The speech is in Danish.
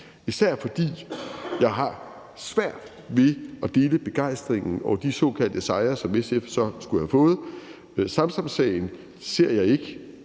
især fordi jeg har svært ved at dele begejstringen over de såkaldte sejre, som SF så skulle have fået. Samsamsagen ser jeg ikke